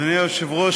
אדוני היושב-ראש,